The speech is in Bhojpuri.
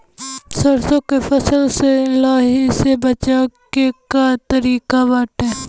सरसो के फसल से लाही से बचाव के का तरीका बाटे?